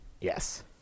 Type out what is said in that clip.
Yes